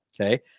Okay